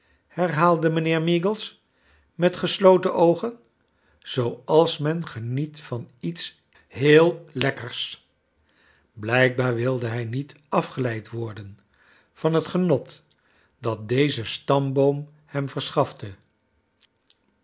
herhaalde mijnheer meag es met ge slot en oogen zooals men geniet van lets heel lekkers blijkbaar wilde hij niet afgeleid worden van het genot dat deze stamboom hem verschafte